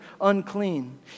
unclean